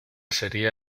sería